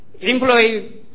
employee